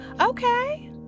Okay